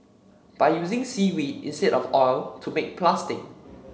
by using seaweed instead of oil to make plastic